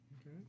Okay